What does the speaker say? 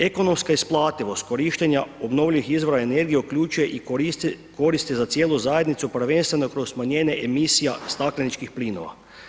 Ekonomska isplativost korištenja obnovljivih izvora energije uključuje i koristi za cijelu zajednicu, prvenstveno kroz smanjenje emisija stakleničkih plinova.